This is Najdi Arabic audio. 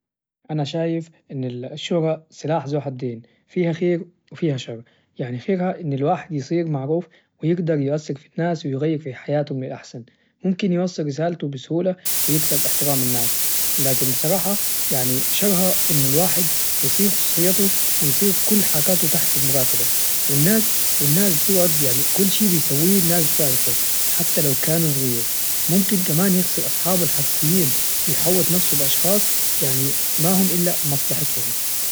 أنا شايف إن ال الشهرة سلاح ذو حدين فيها خير وفيها شر يعني فيها ان الواحد يصير معروف ويجدر يؤثر في الناس ويغير في حياتهم للأحسن ممكن يوصل رسالته بسهولة ويكسب إحترام الناس لكن بصراحة يعني شرها إنه الواحد يصير خصوصيته ويصير كل حركاته تحت المراقبة والناس والناس بتجعد يعني كل شي بيسويه الناس بتعرفه حتى لو كان صغير ممكن كمان يخسر أصحابه الحقيقين ويحاوط نفسه بأشخاص يعني ماهم إلا مصلحتهم